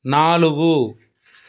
నాలుగు